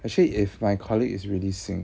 actually if my colleague is releasing